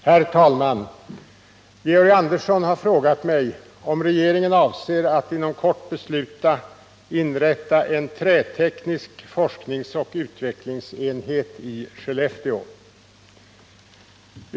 Herr talman! Georg Andersson har frågat mig om regeringen avser att inom kort besluta inrätta en träteknisk forskningsoch utvecklingsenhet i Skellefteå.